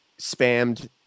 spammed